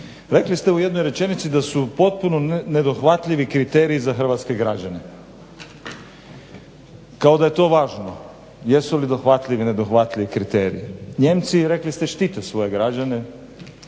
Rekli ste u jednoj rečenici da su potpuno nedohvatljivi kriteriji za hrvatske građane, kao da je to važno jesu li dohvatljivi ili nedohvatljivi kriteriji. Nijemci rekli ste štite svoje građane,